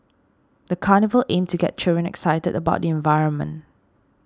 the carnival aimed to get children excited about the environment